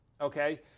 okay